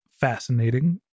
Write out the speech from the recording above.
Fascinating